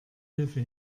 hilfe